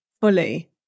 fully